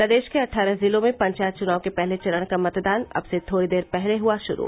प्रदेश के अट्ठारह जिलों में पंचायत चुनाव के पहले चरण का मतदान अब से थोड़ी देर पहले हुआ शुरू